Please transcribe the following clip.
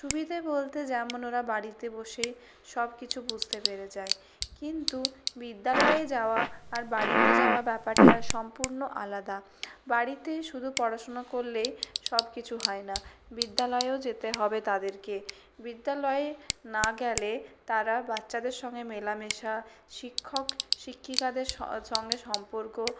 সুবিধে বলতে যেমন ওরা বাড়িতে বসেই সবকিছু বুঝতে পেরে যায় কিন্তু বিদ্যালয়ে যাওয়া আর বাড়িতে যাওয়া ব্যাপারটা সম্পূর্ণ আলাদা বাড়িতে শুধু পড়াশোনা করলেই সবকিছু হয় না বিদ্যালয়েও যেতে হবে তাদেরকে বিদ্যালয়ে না গেলে তারা বাচ্চাদের সঙ্গে মেলামেশা শিক্ষক শিক্ষিকাদের সঙ্গে সম্পর্ক